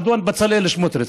אדון בצלאל סמוטריץ.